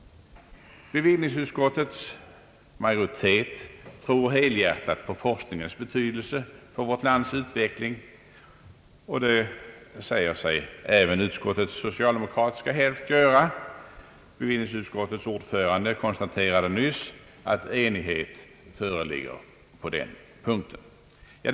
Bevillningsutskottets majoritet tror helhjärtat på forskningens betydelse för vårt lands utveckling, och det säger sig även utskottets socialdemokratiska hälft göra. Bevillningsutskottets ordförande konstaterade nyss att enighet föreligger på den punkten.